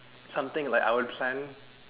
something like our plan